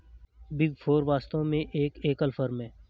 big four वास्तव में एक एकल फर्म है